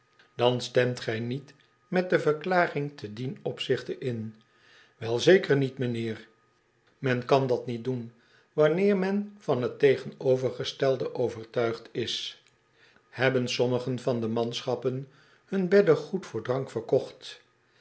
dan stemt gij niet met de verklaring te dien opzichte in wel zeker niet m'nheer men kan dat niet doen wanneer men van t tegenovergestelde overtuigd is hebben sommige van de manschappen hun beddegoed voor drank verkocht